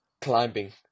climbing